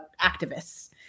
activists